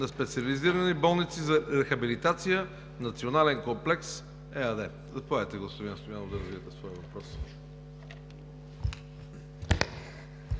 на Специализирани болници за рехабилитация „Национален комплекс” ЕАД. Заповядайте, господин Стоянов, да развиете своя въпрос.